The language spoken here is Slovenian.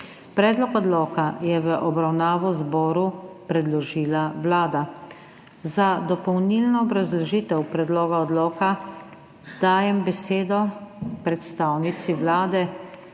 Predlog zakona je v obravnavo zboru predložila Vlada. Za dopolnilno obrazložitev predloga zakona dajem besedo predstavnici Vlade